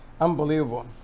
Unbelievable